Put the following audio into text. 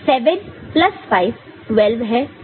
7 plus 5 12 है